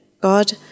God